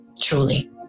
truly